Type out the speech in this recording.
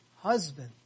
husband